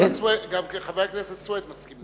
גם חבר הכנסת סוייד מסכים עם זה.